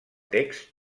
text